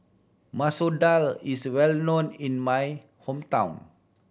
Masoor Dal is well known in my hometown